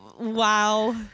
wow